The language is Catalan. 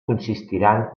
consistiran